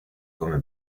come